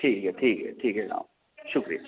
ठीक ऐ ठीक ऐ ठीक ऐ जनाब शुक्रिया